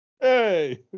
Hey